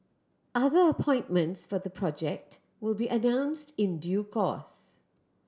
other appointments for the project will be announced in due course